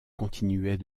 continuait